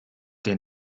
den